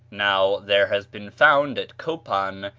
now, there has been found at copan,